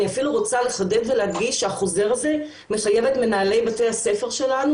אני אפילו רוצה לחדד ולהגיד שהחוזר הזה מחייב את מנהלי בתי הספר שלנו